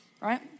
right